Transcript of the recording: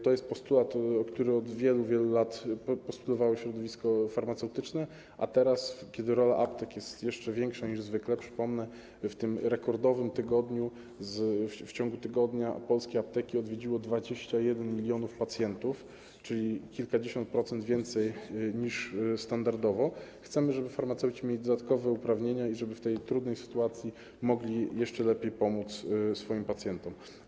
To jest postulat, który od wielu, wielu lat wysuwało środowisko farmaceutyczne, a teraz, kiedy rola aptek jest jeszcze większa niż zwykle - przypomnę, że w tym rekordowym tygodniu polskie apteki odwiedziło 21 mln pacjentów, czyli kilkadziesiąt procent więcej niż standardowo - chcemy, żeby farmaceuci mieli dodatkowe uprawnienia i żeby w tej trudnej sytuacji mogli jeszcze lepiej pomóc swoim pacjentom.